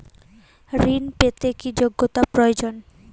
ঋণ পেতে কি যোগ্যতা প্রয়োজন?